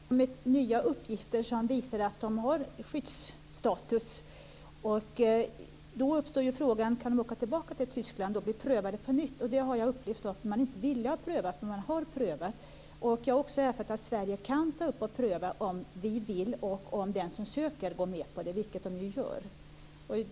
Fru talman! Det har framkommit nya uppgifter som visar att de här människorna har skyddsstatus. Då uppstår frågan: Kan de åka tillbaka till Tyskland och bli prövade på nytt? Jag upplever att man inte är villig att pröva när man redan har prövat. Vidare har jag erfarit att Sverige kan göra en prövning om vi vill och om den som söker går med på det, vilket man gör.